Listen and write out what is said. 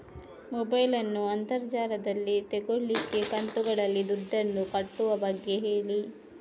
mobile ನ್ನು ಅಂತರ್ ಜಾಲದಲ್ಲಿ ತೆಗೋಲಿಕ್ಕೆ ಕಂತುಗಳಲ್ಲಿ ದುಡ್ಡನ್ನು ಕಟ್ಟುವ ಬಗ್ಗೆ ಹೇಳಿ